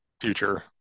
Future